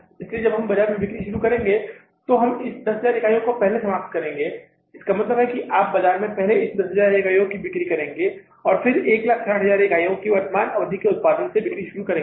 इसलिए जब हम बाजार में बिक्री शुरू करेंगे तो हम इस 10000 इकाइयों को समाप्त कर देंगे इसका मतलब है कि आप बाजार में पहले इस 10000 इकाइयों की बिक्री करेंगे और फिर 160000 इकाइयों की वर्तमान अवधि के उत्पादन से बिक्री शुरू करेंगे